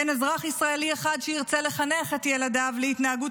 אין אזרח ישראלי אחד שירצה לחנך את ילדיו להתנהגות